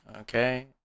Okay